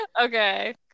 okay